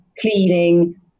cleaning